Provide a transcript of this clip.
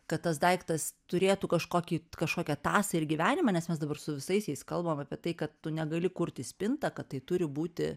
kad tas daiktas turėtų kažkokį kažkokią tąsą ir gyvenimą nes mes dabar su visais jais kalbam apie tai kad tu negali kurti spintą kad tai turi būti